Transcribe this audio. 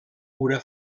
una